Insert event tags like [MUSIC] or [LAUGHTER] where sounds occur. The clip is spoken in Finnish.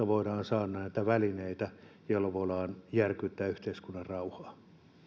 [UNINTELLIGIBLE] voidaan saada näitä välineitä joilla voidaan järkyttää yhteiskunnan rauhaa